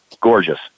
gorgeous